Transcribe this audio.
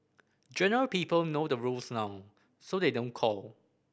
generally people know the rules now so they don't call